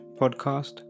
Podcast